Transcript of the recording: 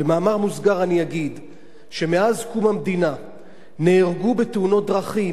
במאמר מוסגר אומר שמאז קום המדינה נהרגו בתאונות דרכים